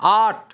আট